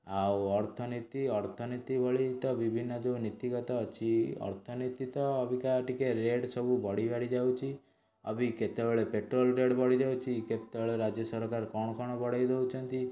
ଆଉ ଅର୍ଥନୀତି ଅର୍ଥନୀତି ଭଳି ତ ବିଭିନ୍ନ ଯୋଉ ନୀତିଗତ ଅଛି ଅର୍ଥନୀତି ତ ଅବିକା ଟିକିଏ ରେଟ୍ ସବୁ ବଢ଼ିବଢ଼ି ଯାଉଛି ଆଉ ବି କେତେବେଳେ ପେଟ୍ରୋଲ୍ ରେଟ୍ ବଢ଼ିଯାଉଛି କେତେବେଳେ ରାଜ୍ୟ ସରକାର କଣ କଣ ବଢ଼େଇ ଦେଉଛନ୍ତି